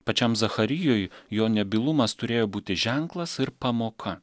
pačiam zacharijui jo nebylumas turėjo būti ženklas ir pamoka